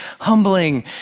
humbling